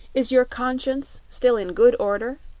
is your conscience still in good order?